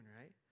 right